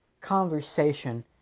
conversation